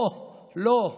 לא לא,